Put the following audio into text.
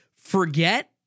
forget